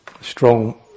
strong